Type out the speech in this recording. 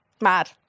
Mad